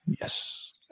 Yes